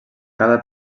cada